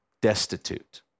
destitute